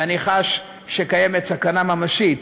ואני חש שקיימת סכנה ממשית